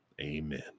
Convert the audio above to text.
Amen